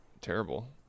terrible